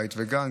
בית וגן,